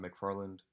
McFarland